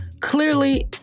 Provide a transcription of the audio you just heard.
clearly